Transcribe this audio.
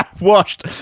Washed